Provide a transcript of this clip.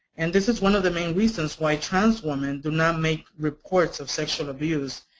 and this is one of the main reasons why trans women do not make reports of sexual abuse,